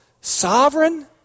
sovereign